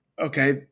okay